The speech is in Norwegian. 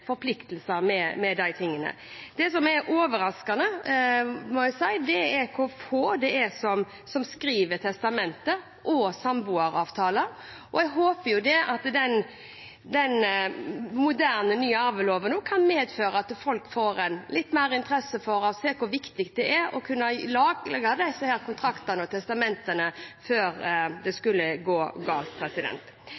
forpliktelser. Det som jeg må si er overraskende, er hvor få som skriver testamente og samboeravtaler. Jeg håper at den moderne, nye arveloven kan medføre at folk får litt mer interesse for å se hvor viktig det er å kunne lage disse kontraktene og testamentene før det